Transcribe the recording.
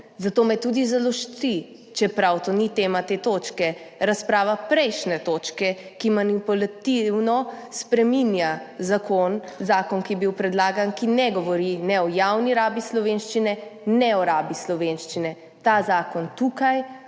Zato me tudi žalosti, čeprav to ni tema te točke, razprava prejšnje točke, ki manipulativno spreminja zakon, ki je bil predlagan, ki ne govori o javni rabi slovenščine in ne o rabi slovenščine, ta zakon tukaj